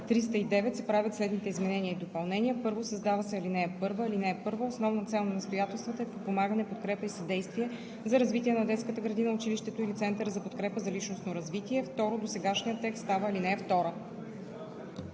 309 се правят следните изменения и допълнения: 1. Създава се ал. 1: „(1) Основна цел на настоятелствата е подпомагане, подкрепа и съдействие за развитие на детската градина, училището или центъра за подкрепа за личностно развитие.“ 2. Досегашният текст става ал. 2.“